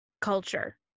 culture